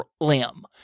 limb